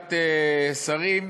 לוועדת שרים,